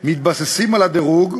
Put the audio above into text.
מתבססים על הדירוג,